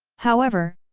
however,